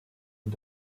und